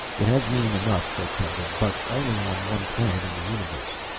it has meaning enough, kerk told him, but only on one planet in the universe.